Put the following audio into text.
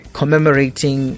commemorating